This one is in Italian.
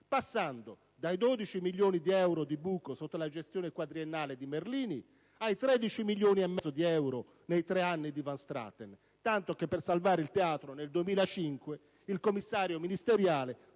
passando dai 12 milioni di euro di buco sotto la gestione quadriennale di Merlini, ai 13 milioni e mezzo di euro nei tre anni di Van Straten. Tanto che per salvare il Teatro, nel 2005, il commissario ministeriale